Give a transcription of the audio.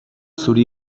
zuri